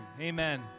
Amen